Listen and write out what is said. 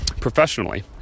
professionally